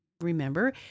remember